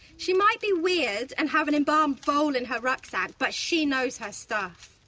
she might be weird and have an embalmed vole in her rucksack, but she knows her stuff.